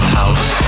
house